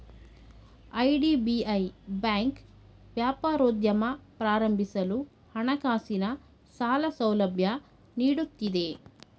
IDBI bank ವ್ಯಾಪಾರೋದ್ಯಮ ಪ್ರಾರಂಭಿಸಲು ಹಣಕಾಸಿನ ಸಾಲ ಸೌಲಭ್ಯ ನೀಡುತ್ತಿದೆ